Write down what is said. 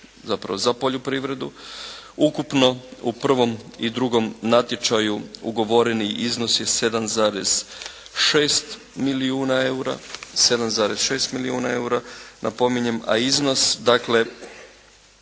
zapravo za poljoprivredu. Ukupno u prvom i drugom natječaju ugovoren iznos je 7,6 milijuna eura. 7,6 milijuna eura napominjem, a iznos dakle,